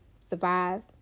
survive